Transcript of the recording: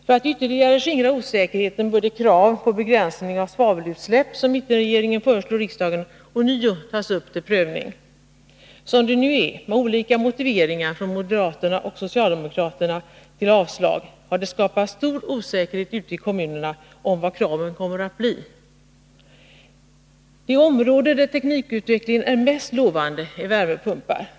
För att ytterligare skingra osäkerheten bör det krav på begränsning av svavelutsläpp som mittenregeringen föreslog riksdagen ånyo tas upp till prövning. Som det nu är, med olika motiveringar till avslag från moderaterna och socialdemokraterna, har det skapats stor osäkerhet ute i kommunerna om vilka kraven kommer att bli. Det område där teknikutvecklingen är mest lovande är produktion av värmepumpar.